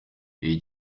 iyi